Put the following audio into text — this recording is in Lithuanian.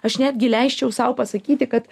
aš netgi leisčiau sau pasakyti kad